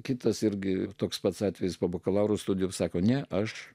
kitas irgi toks pats atvejis po bakalauro studijų sako ne aš